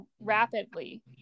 rapidly